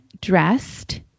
dressed